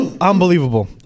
unbelievable